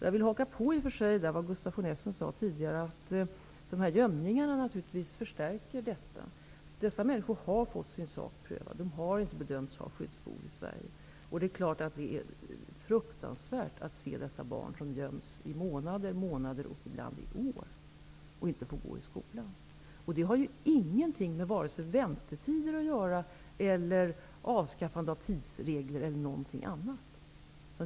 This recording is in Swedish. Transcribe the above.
Jag vill haka på det Gustaf von Essen sade tidigare om att undangömningarna naturligtvis förstärker problemen. De människor som göms har fått sin sak prövad och har inte bedömts ha skyddsbehov i Sverige. Det är klart att det är fruktansvärt att se dessa barn som göms i månader och ibland i år och inte får gå i skolan. Det har ingenting med vare sig väntetider eller avskaffande av tidsregler eller någonting annat att göra.